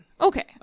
Okay